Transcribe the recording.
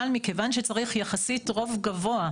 אבל, מכיוון שצריך יחסית רוב גבוה,